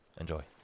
enjoy